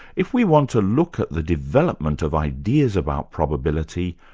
if we want to look at the development of ideas about probability,